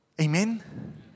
Amen